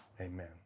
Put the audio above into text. Amen